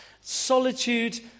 solitude